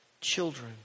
children